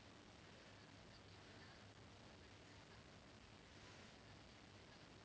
ah when they were young she was like 不要打我的头呢你如果打我的头会笨